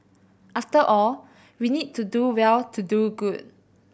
after all we need to do well to do good